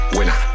Winner